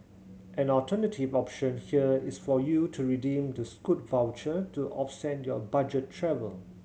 an alternative option here is for you to redeem the Scoot voucher to offset your budget travel